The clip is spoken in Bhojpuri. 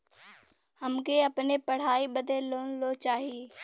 हमके अपने पढ़ाई बदे लोन लो चाही?